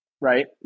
right